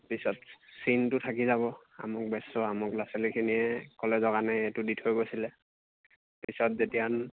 পিছত চিনটো থাকি যাব আমুক বেট্ছৰ আমুক ল'ৰা ছোৱালীখিনিয়ে কলেজ কাৰণে এইটো দি থৈ গৈছিলে পিছত যেতিয়া